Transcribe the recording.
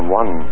one